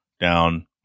down